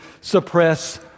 suppress